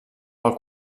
pel